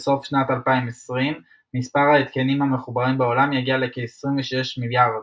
בסוף שנת 2020 מספר ההתקנים המחוברים בעולם יגיע לכ-26 מיליארד.